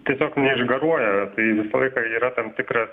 tiesiog neišgaruoja tai visą laiką yra tam tikras